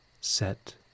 set